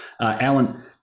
Alan